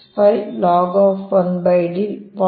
465 log 1D 0